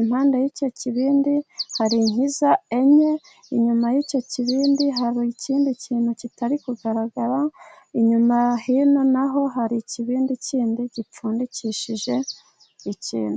impande y'icyo kibindi. Hari inkiza enye, inyuma y'icyo kibindi hari ikindi kintu kitari kugaragara, inyuma hino naho hari ikibindi kindi gipfundikishije ikintu.